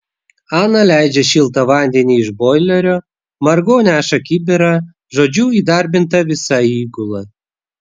ana leidžia šiltą vandenį iš boilerio margo neša kibirą žodžiu įdarbinta visa įgula